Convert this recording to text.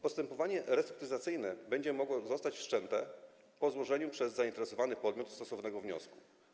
Postępowanie restrukturyzacyjne będzie mogło zostać wszczęte po złożeniu przez zainteresowany podmiot stosownego wniosku.